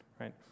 Right